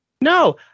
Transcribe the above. No